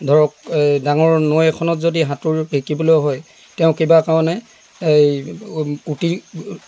ধৰক ডাঙৰ নৈ এখনত যদি সাঁতোৰ শিকিবলৈ হয় তেওঁ কিবা কাৰণে এই উটি